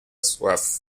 soif